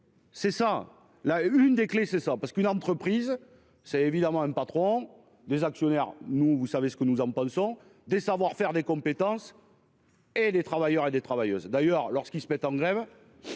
C'est ça la une des clés c'est ça parce qu'une entreprise. C'est évidemment un patron des actionnaires. Nous vous savez ce que nous en pensons des savoir-faire des compétences. Et les travailleurs et des travailleuses d'ailleurs lorsqu'ils se mettent en grève.